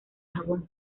jabón